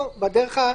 או בדרך אחרת.